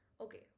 okay